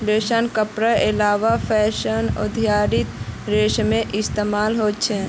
रेशमी कपडार अलावा फैशन उद्द्योगोत रेशमेर इस्तेमाल होचे